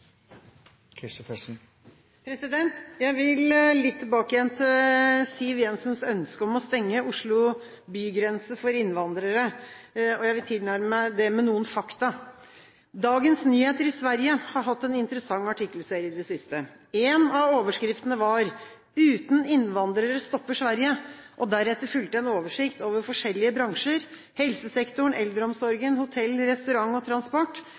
Jeg vil litt tilbake igjen til Siv Jensens ønske om å stenge Oslos bygrense for innvandrere. Jeg vil tilnærme meg det med noen fakta. Dagens Nyheter i Sverige har hatt en interessant artikkelserie i det siste. Én av overskriftene var: Uten innvandrere stopper Sverige. Deretter fulgte en oversikt over forskjellige bransjer – helsesektoren, eldreomsorgen, hotell- og